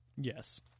Yes